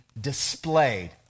displayed